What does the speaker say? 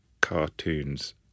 cartoons